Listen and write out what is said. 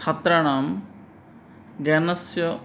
छात्राणां ज्ञानस्य